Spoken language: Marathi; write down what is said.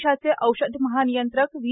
देशाचे औषध महानियंत्रक वी